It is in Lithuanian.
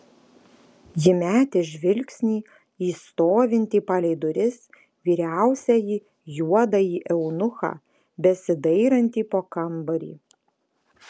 ji metė žvilgsnį į stovintį palei duris vyriausiąjį juodąjį eunuchą besidairantį po kambarį